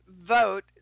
vote